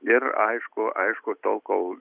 ir aišku aišku tol kol